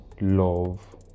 love